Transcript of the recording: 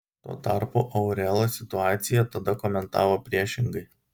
tuo tarpu aurela situaciją tada komentavo priešingai